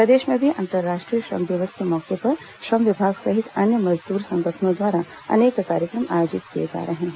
प्रदेश में भी अंतर्राष्ट्रीय श्रम दिवस के मौके पर श्रम विभाग सहित अन्य मजदूर संगठनों द्वारा अनेक आयोजन किए जा रहे है